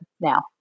now